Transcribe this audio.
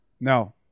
No